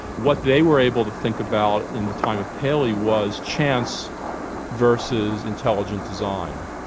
what they were able to think about in the time of paley was chance versus intelligent design,